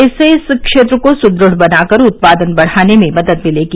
इससे इस क्षेत्र को सुद्रढ़ बनाकर उत्पादन बढाने में मदद मिलेगी